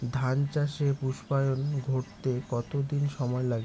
ধান চাষে পুস্পায়ন ঘটতে কতো দিন সময় লাগে?